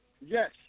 Yes